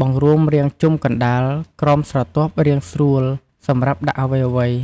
បង្រួមរាងជុំកណ្តាលក្រោមស្រទាប់រាងស្រួលសម្រាប់ដាក់អ្វីៗ។